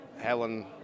helen